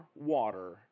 water